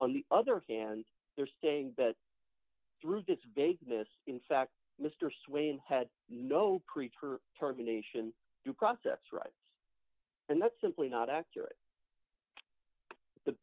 on the other hand they're staying but through this vagueness in fact mr swain had no preacher terminations due process rights and that's simply not accurate the